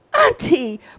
auntie